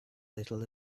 little